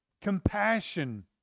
compassion